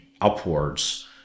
upwards